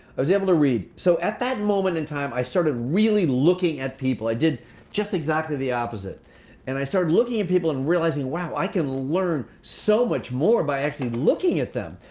i was able to read. so at that moment in time i started really looking at people. i did just exactly the opposite and i started looking at people and realizing, wow, i can learn so much more by actually looking at them.